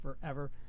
forever